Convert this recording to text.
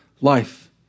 life